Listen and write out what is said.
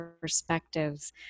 perspectives